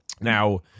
Now